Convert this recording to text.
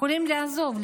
יכול לעזוב,